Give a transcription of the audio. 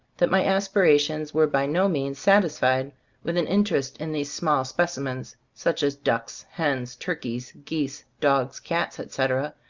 that my aspirations were by no means satisfied with an interest in these small specimens, such as ducks, hens, turkeys, geese, dogs, cats, etc,